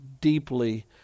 deeply